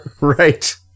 right